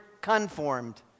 conformed